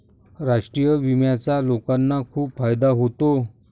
राष्ट्रीय विम्याचा लोकांना खूप फायदा होतो